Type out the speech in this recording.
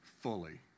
fully